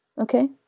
Okay